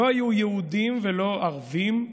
לא היו יהודים ולא ערבים,